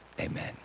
Amen